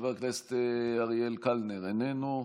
חבר הכנסת אריאל קלנר, איננו.